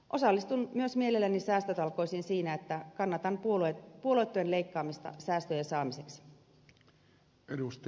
osallistun myös mielelläni säästötalkoisiin siinä että kannatan puoluetuen leikkaamista säästöjen saamiseksi